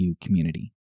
community